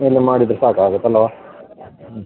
ಬಂದು ಮಾಡಿದರೆ ಸಾಕಾಗುತ್ತೆಲ್ಲ ಹ್ಞೂ